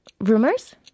Rumors